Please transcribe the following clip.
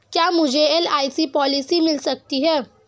क्या मुझे LIC policy मिल सकती है?